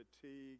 fatigue